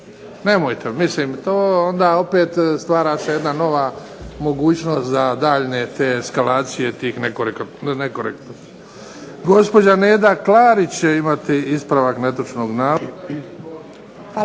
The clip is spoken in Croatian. Nemojte, mislim to se opet stvara jedna mogućnost za daljnje te eskalacije tih nekorektnih. Gospođa Neda Klarić će imati ispravak netočnog navoda.